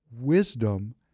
wisdom